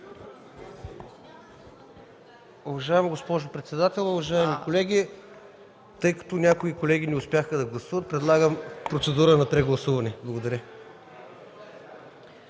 Уважаема госпожо председател, уважаеми колеги! Тъй като някои колеги не успяха да гласуват предлагам процедура на прегласуване. Благодаря.